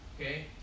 okay